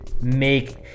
make